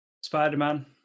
Spider-Man